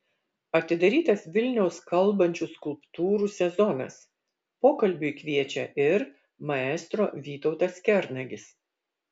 atidarytas vilniaus kalbančių skulptūrų sezonas pokalbiui kviečia ir maestro vytautas kernagis